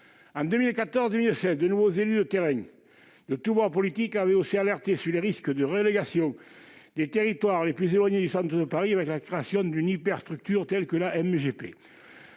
En 2014-2016, de nombreux élus de terrain de tous bords politiques avaient aussi alerté sur le risque d'une relégation des territoires les plus éloignés du centre de Paris à la suite de la création d'une hyperstructure telle que la MGP.